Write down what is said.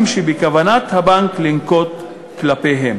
שבכוונת הבנק לנקוט כלפיהם.